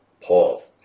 Paul